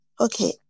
Okay